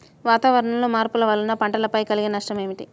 వాతావరణంలో మార్పుల వలన పంటలపై కలిగే నష్టం ఏమిటీ?